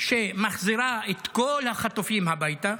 שמחזירה את כל החטופים הביתה,